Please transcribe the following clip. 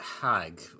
Hag